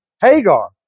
Hagar